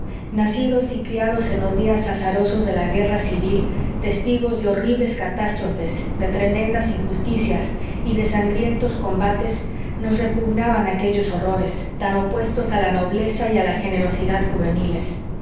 nacidos y criados en los días azarosos de la guerra civil testigos de horribles catástrofes de tremendas injusticias y de sangrientos combates nos repugnaban aquellos horrores tan opuestos a la nobleza y a la generosidad juveniles